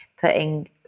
putting